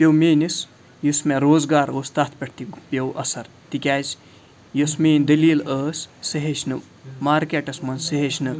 پیو میٲنِس یُس مےٚ روزگار اوس تَتھ پٮ۪ٹھ تہِ پیو اَثر تِکیٛازِ یُس میٲنۍ دٔلیٖل ٲس سُہ ہیٚچھنہٕ مارکیٹَس منٛز سُہ ہیٚچھنہٕ